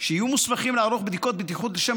שיהיו מוסמכים לערוך בדיקות בטיחות לשם